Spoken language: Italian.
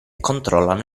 controllano